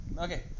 Okay